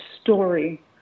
story